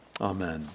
Amen